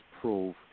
prove